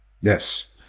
yes